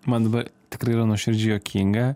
man tikrai yra nuoširdžiai juokinga